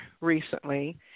recently